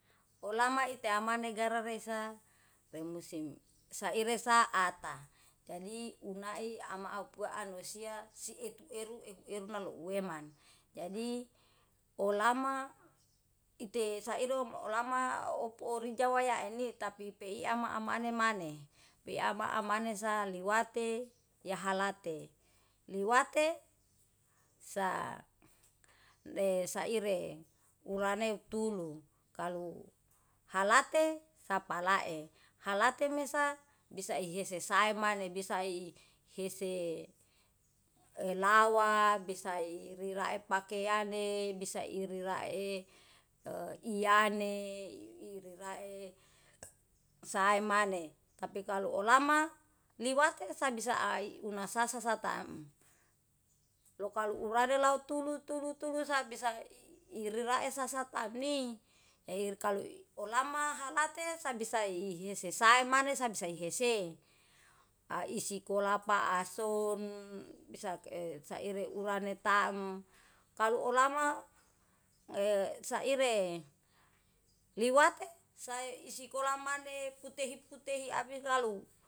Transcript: Olama ite amani gara reisa seng musim saire sa ata, jadi unai ama au puan weisia sietu eru ehu eru naloo weman. Jadi olama ite sairom olama opori jawaiya eni tapi pei ama-amane maneh, beama amane maneh beama amane sa lewate yahalate. Liwate le saire urane tulung. Kalu halate sapalae, halate mesa bisa ihese sae maneh bisa i hese elawa bisa irira pakeyane. bisa irira e iyane. ire rae sae maneh tapi kalo olama liwate sabisa ai una sasa satam. Lokalu urane lau tulu tulu tulus abis saire rae sasa tamni. kalu olama halate sabisae ihese sae maneh sabisa ihese. A isikola paason saire urane taem, kalu olama e saire liwate sae isikolah maneh futehip futehi abis lalu.